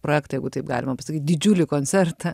projektą jeigu taip galima pasakyt didžiulį koncertą